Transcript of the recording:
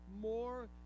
more